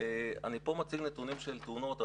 אני פה מציג נתונים של תאונות.